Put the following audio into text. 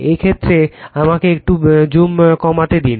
এই ক্ষেত্রে আমাকে একটু জুমটা কমাতে দিন